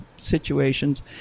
situations